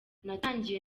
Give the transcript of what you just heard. natangiye